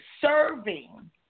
serving